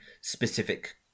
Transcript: specific